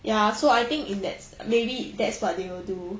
ya so I think in that's maybe that's what they will do